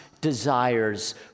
desires